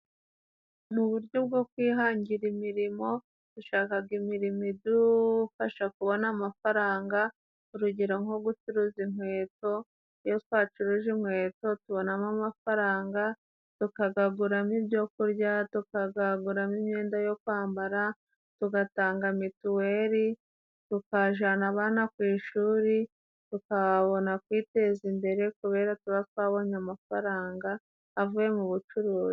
Mu buryo bwo kwihangira imirimo, dushakaga imirimo idufasha kubona amafaranga urugero nko gucuruza inkweto. Iyo twacuruje inkweto tubonamo amafaranga tukagaguramo ibyo kurya, tukagaguramo imyenda yo kwambara, tugatanga mituweli, tukajana abana ku ishuri, tukabona kwiteza imbere, kubera tuba twabonye amafaranga avuye mu bucuruzi.